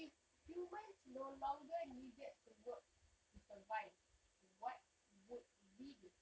if humans no longer needed to work to survive what would we do